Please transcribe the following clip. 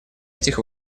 этих